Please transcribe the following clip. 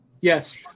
Yes